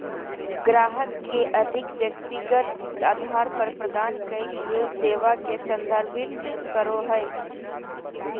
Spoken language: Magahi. ग्राहक के अधिक व्यक्तिगत अधार पर प्रदान कइल गेल सेवा के संदर्भित करो हइ